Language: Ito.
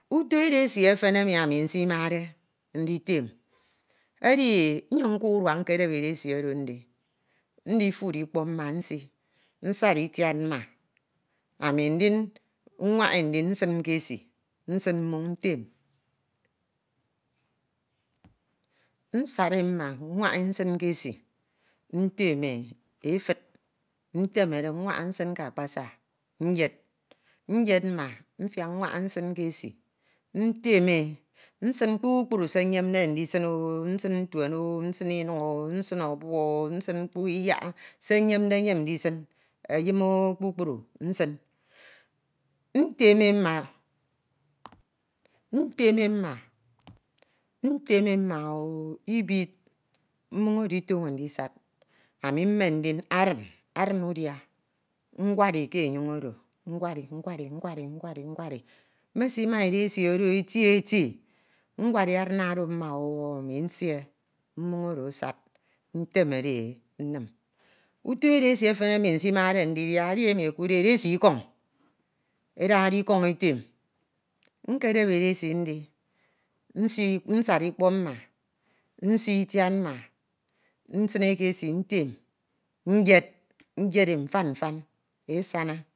Uto edesi efen emi ami nsimade nditem edi nyun nka urua nkedep edesi oro ndi ndifuri ikpọk mma nsi, nsad itiad mma, amu ndin nwanha e nsin ke esi, nsin mmoñ ntem efud, ntamede nwanha nsin ke esi netem e nsin kpukpru se nyemde ndisin, nsin ntuen, nsin inun, obu, nsin iyak, se mfande yem ndisin, eyim kpukpru nsin, nteme mma- o ibid, mmoñ oro itoño ndisad ami mmen arin nwadi ke enyoñ oro, nwadi nwadi nwadi mesima edesi eti eti, nwadi arin oro mma- o, ami nsie mmon oro asad, ntemede e nnim. Uto edesi efan emi ami ami nsimade ndidia edi emi ekuudde edesi ikoñ, edade ikoñ etem, nkedep edesi ndi, nsad ikpọk mma nsii itiad mma, nsin e ke esi ntem nyed e myan myan e sana